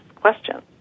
questions